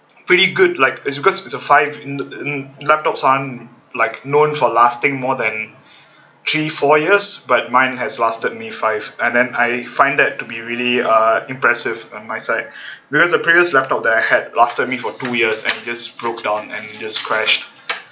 pretty good like it's because it's a five in in laptops aren't like known for lasting more than three four years but mine has lasted me five and then I find that to be really uh impressive on my side because a previous laptop that I had lasted me for two years and just broke down and just crashed